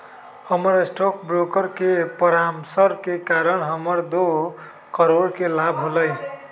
हमर stock broker के परामर्श के कारण हमरा दो करोड़ के लाभ होलय